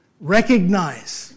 Recognize